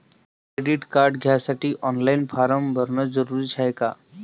Credit card घ्यासाठी online form भरन जरुरीच हाय का?